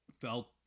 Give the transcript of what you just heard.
felt